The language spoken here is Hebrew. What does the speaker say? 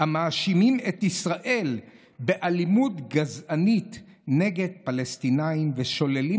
המאשימים את ישראל ב'אלימות גזענית' נגד פלסטינים ושוללים